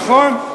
נכון?